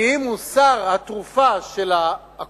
כי אם הוא שר התרופה, של האקמול,